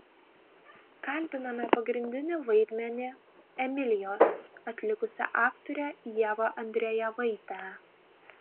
kalbiname pagrindinį vaidmenį emilijos atlikusią aktorę ievą andrejevaitę